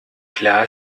klar